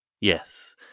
Yes